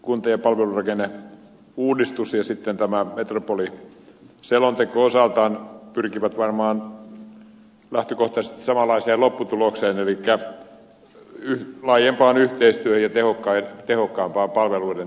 kunta ja palvelurakenneuudistus ja tämä metropoliselonteko osaltaan pyrkivät varmaan lähtökohtaisesti samanlaiseen lopputulokseen elikkä laajempaan yhteistyöhön ja tehokkaampaan palveluiden tuottamiseen